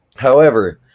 however,